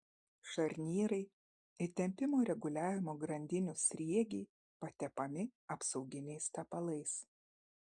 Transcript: šarnyrai įtempimo reguliavimo grandinių sriegiai patepami apsauginiais tepalais